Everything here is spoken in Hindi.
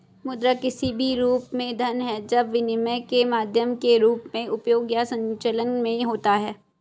मुद्रा किसी भी रूप में धन है जब विनिमय के माध्यम के रूप में उपयोग या संचलन में होता है